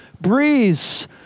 breeze